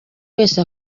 wese